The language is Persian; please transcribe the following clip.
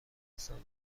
هستند